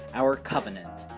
our covenant,